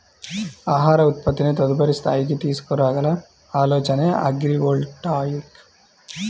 ఆహార ఉత్పత్తిని తదుపరి స్థాయికి తీసుకురాగల ఆలోచనే అగ్రివోల్టాయిక్